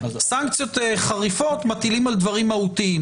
סנקציות חריפות מטילים על דברים מהותיים,